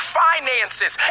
finances